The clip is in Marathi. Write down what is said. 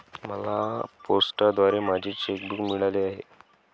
मला पोस्टाद्वारे माझे चेक बूक मिळाले आहे